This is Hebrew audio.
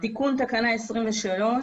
תיקון תקנה 23,